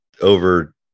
over